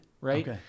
right